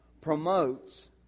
promotes